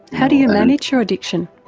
how do you manage your addiction?